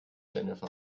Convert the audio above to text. jennifer